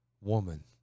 woman